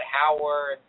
Howard